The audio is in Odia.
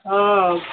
ହଁ